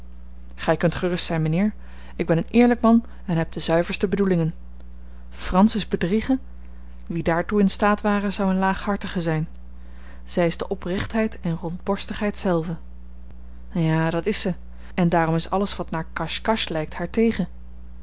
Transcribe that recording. gij kunt gerust zijn mijnheer ik ben een eerlijk man en heb de zuiverste bedoelingen francis bedriegen wie daartoe in staat ware zou een laaghartige zijn zij is de oprechtheid en rondborstigheid zelve ja dat is zij en daarom is alles wat naar cache cache lijkt haar tegen